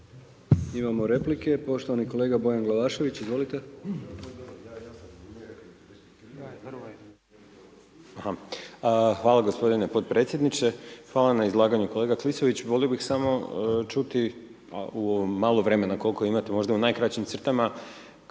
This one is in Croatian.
Imamo replike, poštovani kolega Bojan Glavašević, izvolite. **Glavašević, Bojan (Nezavisni)** Hvala gospodine podpredsjedniče, hvala na izlaganju kolega Klisović, volio bih samo čuti u ovo malo vremena kolko imate možda u najkraćim crtama